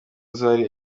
zari